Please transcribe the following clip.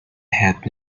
had